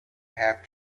have